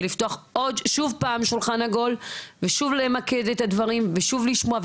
ולפתוח שוב פעם שולחן עגול ושוב למקד את הדברים ושוב לשמוע,